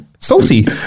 Salty